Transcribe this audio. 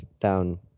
down